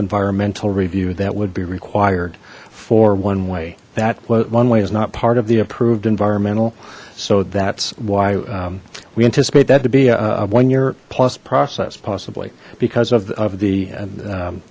environmental review that would be required for one way that one way is not part of the approved environmental so that's why we anticipate that to be a one year plus process possibly because of the